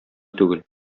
түгел